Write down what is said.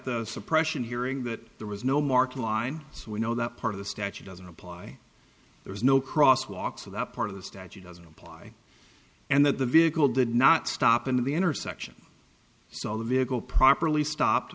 the suppression hearing that there was no market line so we know that part of the statute doesn't apply there is no cross walk so that part of the statute doesn't apply and that the vehicle did not stop in the intersection so the vehicle properly stopped